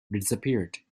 disappeared